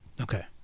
Okay